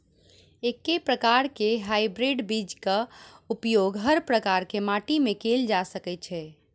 एके प्रकार केँ हाइब्रिड बीज केँ उपयोग हर प्रकार केँ माटि मे कैल जा सकय छै?